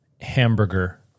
hamburger